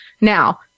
Now